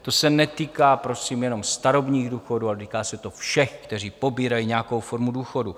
To se netýká prosím jenom starobních důchodů, ale týká se to všech, kteří pobírají nějakou formu důchodu.